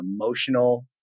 emotional